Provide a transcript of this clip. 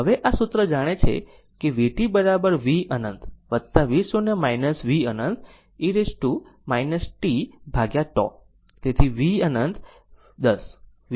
હવે આ સૂત્ર જાણો કે vt v અનંત v0 v અનંત e t tτ